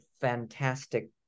fantastic